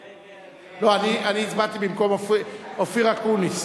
לא, אני הצבעתי במקום אופיר אקוניס.